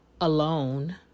alone